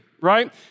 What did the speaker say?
right